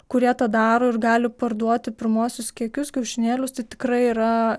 kurie tą daro ir gali parduoti pirmuosius kiekius kiaušinėlius tai tikrai yra